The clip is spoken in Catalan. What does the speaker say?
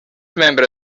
membre